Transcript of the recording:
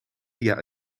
via